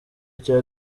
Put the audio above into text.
cya